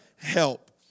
Help